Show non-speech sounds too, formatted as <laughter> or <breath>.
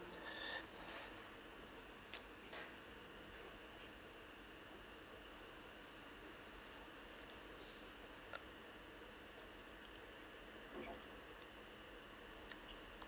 <breath>